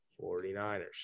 49ers